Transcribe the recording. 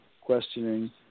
questioning